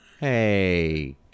Hey